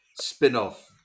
spin-off